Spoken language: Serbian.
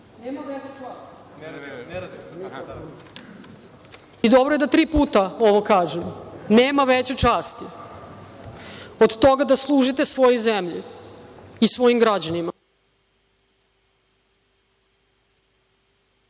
i dobro je da tri puta ovo kažem, nema veće časti od toga da služite svojoj zemlji i svojim građanima. Nema